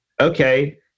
okay